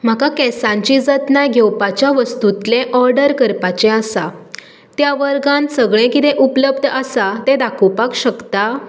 म्हाका केंसांची जतनाय घेवपाच्या वस्तू तलें ऑर्डर करपाचें आसा त्या वर्गांत सगळें किदें उपलब्ध आसा तें दाखोवपाक शकता